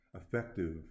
effective